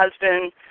husband